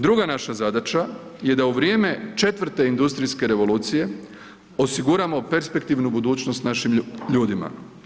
Druga naša zadaća je da u vrijeme 4 industrijske revolucije osiguramo perspektivnu budućnost našim ljudima.